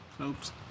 Oops